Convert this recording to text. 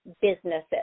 businesses